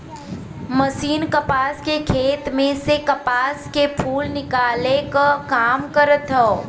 machine कपास के खेत में से कपास के फूल निकाले क काम करत हौ